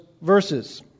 verses